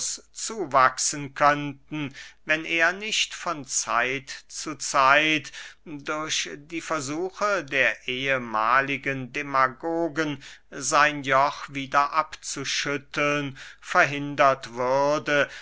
zuwachsen könnten wenn er nicht von zeit zu zeit durch die versuche der ehmahligen demagogen sein joch wieder abzuschütteln verhindert würde